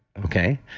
okay?